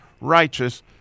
righteous